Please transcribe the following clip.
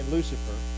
Lucifer